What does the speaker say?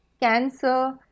cancer